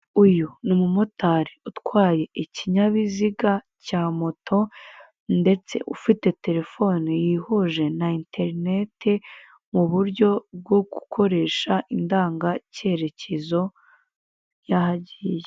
Uyu ni umumotari utwaye ikinyabiziga cya moto ndetse ufite telefone yihuje na enterinete, mu buryo bwo gukoresha indangacyerekezo y'aho agiye.